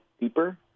deeper